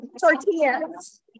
tortillas